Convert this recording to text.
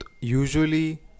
usually